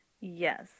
Yes